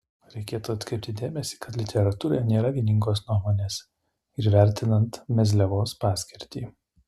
reikėtų atkreipti dėmesį kad literatūroje nėra vieningos nuomonės ir vertinant mezliavos paskirtį